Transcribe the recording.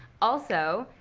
also,